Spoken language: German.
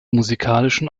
musikalischen